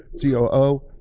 COO